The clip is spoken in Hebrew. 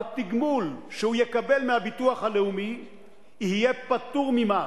התגמול שהוא יקבל מהביטוח הלאומי יהיה פטור ממס.